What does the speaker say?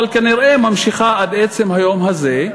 אבל כנראה ממשיכה עד עצם היום הזה,